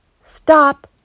Stop